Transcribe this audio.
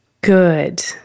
Good